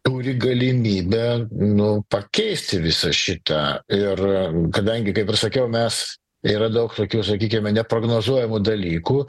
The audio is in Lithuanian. turi galimybę nu pakeist visą šitą ir kadangi kaip ir sakiau mes yra daug tokių sakykime neprognozuojamų dalykų